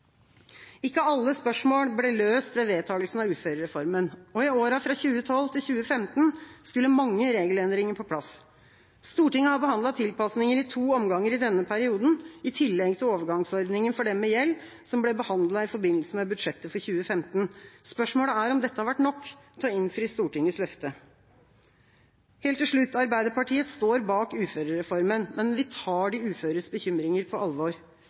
Ikke alle spørsmål ble løst ved vedtakelsen av uførereformen. I åra fra 2012 til 2015 skulle mange regelendringer på plass. Stortinget har behandlet tilpasninger i to omganger i denne perioden, i tillegg til overgangsordninga for dem med gjeld, som ble behandlet i forbindelse med budsjettet for 2015. Spørsmålet er om dette har vært nok til å innfri Stortingets løfte. Helt til slutt: Arbeiderpartiet står bak uførereformen, men vi tar de uføres bekymringer på alvor.